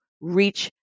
reach